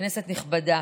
כנסת נכבדה,